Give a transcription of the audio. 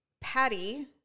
Patty